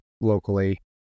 locally